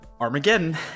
Armageddon